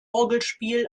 orgelspiel